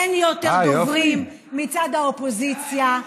אין יותר דוברים מצד האופוזיציה.